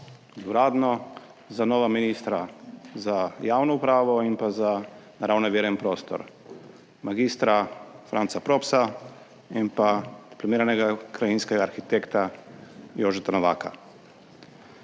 uradno, za nova ministra, za javno upravo in pa za naravne vire in prostor; mag. Franca Propsa in pa diplomiranega krajinskega arhitekta Jožeta Novaka.